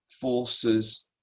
forces